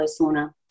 sauna